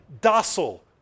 docile